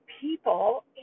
people